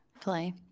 play